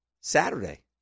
Saturday